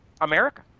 America